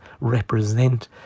represent